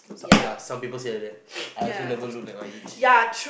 ya some people say like that I also never look like my age